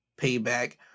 payback